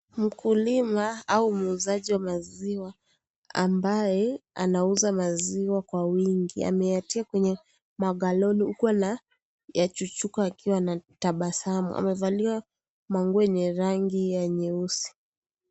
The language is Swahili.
Mkulima au muuzaji wa mwziwa ambaye anauza maziwa kwa wingi ameyatia kwenye magaloni huku anayachuchunga akiwa na tabasamu amevalia manguo lenye rangi ya nyeusi.